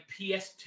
PS2